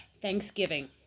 Thanksgiving